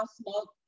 smoke